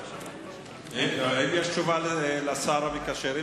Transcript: האם יש תשובה לשר המקשר?